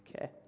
Okay